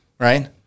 Right